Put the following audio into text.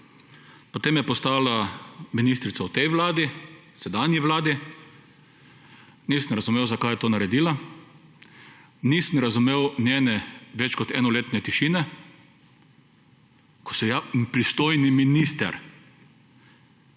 Potem je postala ministrica v tej Vladi, sedanji Vladi nisem razumel zakaj je to naredila. Nisem razumel njene več kot enoletne tišine, ko se je pristojni minister,